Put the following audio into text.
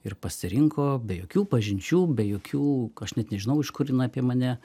ir pasirinko be jokių pažinčių be jokių aš net nežinau iš kur jin apie mane